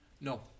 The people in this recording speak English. no